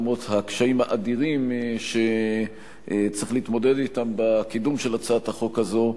למרות הקשיים האדירים שצריך להתמודד אתם בקידום של הצעת החוק הזו,